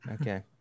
Okay